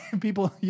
people